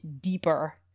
deeper